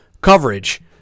Coverage